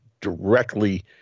directly